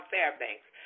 Fairbanks